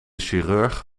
chirurg